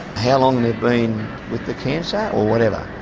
how long they've been with the cancer, or whatever,